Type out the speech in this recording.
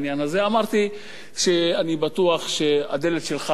אמרתי שאני בטוח שהדלת שלך פתוחה,